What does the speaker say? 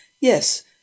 Yes